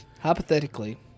Hypothetically